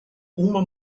uma